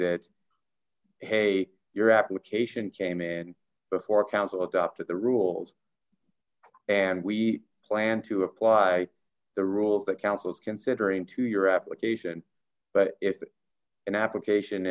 that hey your application came in before council adopted the rules and we plan to apply the rules that council is considering to your application but if an application